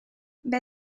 bij